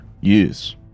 Use